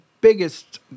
biggest